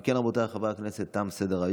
אם כן, רבותיי חברי הכנסת, תם סדר-היום.